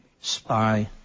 spy